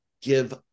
give